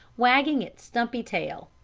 wagging its stumpy tail.